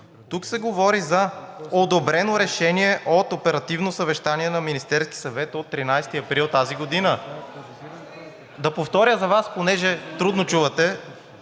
Тук се говори за одобрено решение от оперативно съвещание на Министерския съвет от 13 април тази година. Да повторя за Вас, понеже трудно чувате,